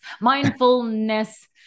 mindfulness